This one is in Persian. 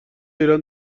ایران